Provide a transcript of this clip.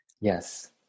Yes